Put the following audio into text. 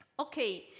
okay.